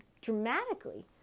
dramatically